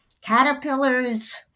caterpillars